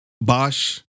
Bosch